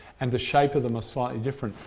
and the shape of them are slightly different.